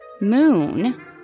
Moon